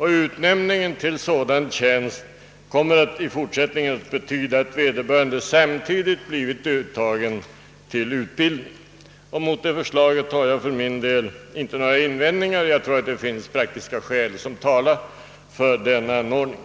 Utnämning till sådan tjänst kommer i fortsättningen att betyda att vederbörande samtidigt blivit antagen till utbildning. Mot det förslaget har jag inte några invändningar; jag tror att det finns praktiska skäl som talar för denna anordning.